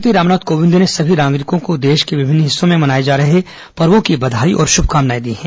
राष्ट्रपति रामनाथ कोविंद ने सभी नागरिकों को देश के विभिन्न हिस्सों में मनाये जा रहे पर्वो की बधाई और शुभाकामनाएं दी हैं